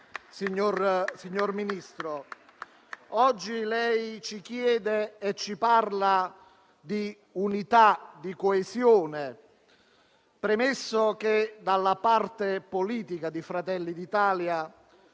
Signor Ministro, oggi lei ci chiede e parla di unità e coesione. Ricordo che dalla parte politica di Fratelli d'Italia